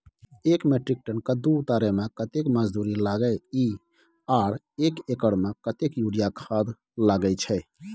एक metric ton कद्दू उतारे में कतेक मजदूरी लागे इ आर एक एकर में कतेक यूरिया खाद लागे छै?